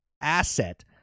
asset